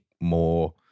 more